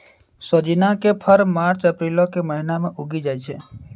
सोजिना के फर मार्च अप्रीलो के महिना मे उगि जाय छै